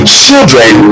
children